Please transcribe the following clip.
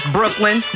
Brooklyn